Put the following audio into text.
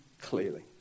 clearly